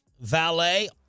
valet